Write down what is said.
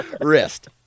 wrist